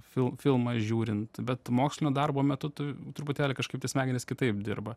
fil filmą žiūrint bet mokslinio darbo metu tu truputėlį kažkaip tai smegenys kitaip dirba